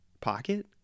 pocket